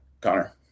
connor